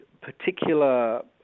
particular